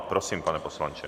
Prosím, pane poslanče.